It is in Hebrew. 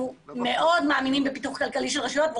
אנחנו מאוד מאמינים בפיתוח כלכלי של רשויות.